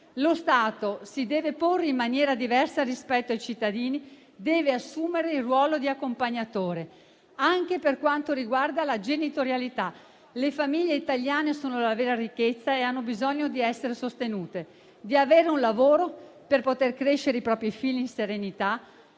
lo Stato si deve porre in maniera diversa rispetto ai cittadini, deve assumere il ruolo di accompagnatore, anche per quanto riguarda la genitorialità. Le famiglie italiane sono la vera ricchezza e hanno bisogno di essere sostenute, di avere un lavoro per poter crescere i propri figli in serenità